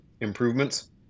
improvements